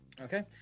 okay